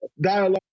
Dialogue